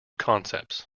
concepts